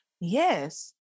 Yes